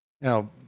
Now